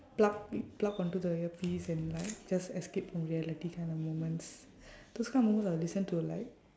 plug plug onto the earpiece and like just escape from reality kind of moments those kind of moments I will listen to like